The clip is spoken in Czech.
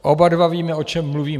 Oba dva víme, o čem mluvíme.